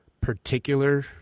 particular